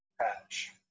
Patch